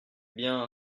bien